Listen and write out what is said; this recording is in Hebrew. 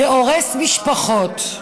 זה הורס משפחות.